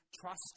trust